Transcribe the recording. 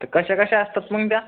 तर कशा कशा असतात मग त्या